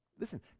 listen